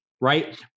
right